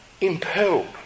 impelled